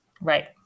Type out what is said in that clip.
Right